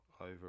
over